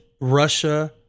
Russia